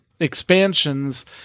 expansions